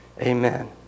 Amen